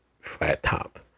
flat-top